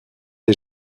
des